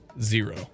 Zero